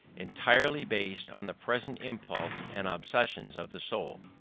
entirely based on the present impulses and obsessions of the soul.